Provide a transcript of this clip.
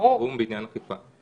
שעת חירום בעניין התקופה -- ברור.